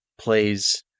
plays